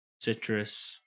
Citrus